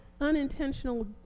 unintentional